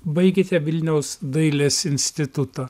baigėte vilniaus dailės institutą